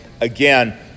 again